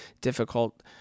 difficult